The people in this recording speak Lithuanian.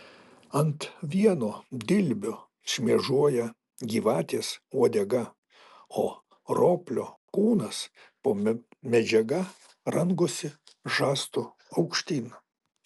ant vieno dilbio šmėžuoja gyvatės uodega o roplio kūnas po medžiaga rangosi žastu aukštyn